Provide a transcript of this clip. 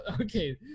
Okay